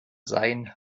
sein